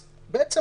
נגיד,